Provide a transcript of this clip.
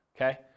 okay